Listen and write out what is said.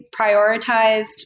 prioritized